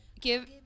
give